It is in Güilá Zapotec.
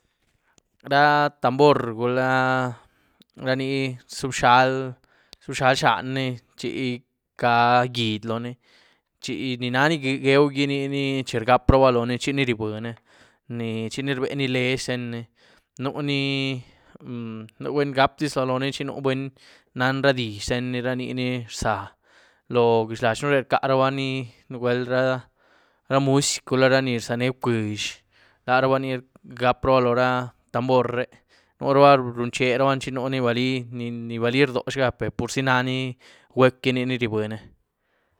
Ra tambor, gula ra ní zuubxali-zuubxali xanní, chi ca gyiehd loóni, chi ní naní gweuú gí ni-ni chi rgaprabá loóní chiní ryiebüní chiní rbiení leeh xtenní. Nuní nú buny rgapdiz loóní chi nú buny nan ra dizh xtenní, ra nini rza loó gyiezh laxën re, rcarabaní nugwuel ra musyc´, gula ra ni rzaën bcuizh, larabaní rgapraba loóra tamboor re, nuruba runcheraban chi nuní balí, ní balí rdoo xgá, per purzy naní gweuc´gí ni ní ryiebüní.